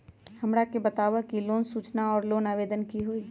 हमरा के बताव कि लोन सूचना और लोन आवेदन की होई?